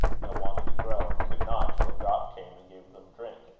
that wanted to grow, and could not, till a drop came and gave them drink.